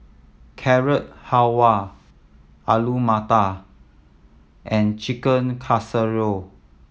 Carrot Halwa Alu Matar and Chicken Casserole